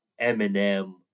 Eminem